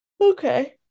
Okay